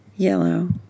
Yellow